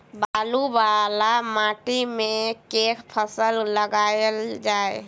बालू वला माटि मे केँ फसल लगाएल जाए?